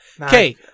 Okay